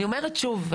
אני אומרת שוב,